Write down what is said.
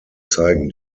zeigen